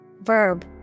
verb